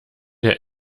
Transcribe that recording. der